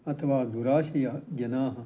अथवा दुराशीयजनाः